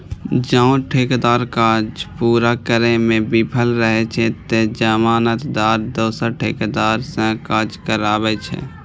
जौं ठेकेदार काज पूरा करै मे विफल रहै छै, ते जमानतदार दोसर ठेकेदार सं काज कराबै छै